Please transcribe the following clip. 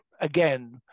again